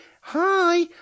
Hi